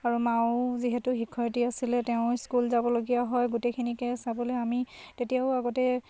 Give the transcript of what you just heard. আৰু মাও যিহেতু শিক্ষয়িত্ৰী আছিলে তেওঁ স্কুল যাবলগীয়া হয় গোটেইখিনিকে চাবলৈ আমি তেতিয়াও আগতে